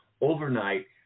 overnight